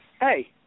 hey